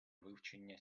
вивчення